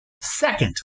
Second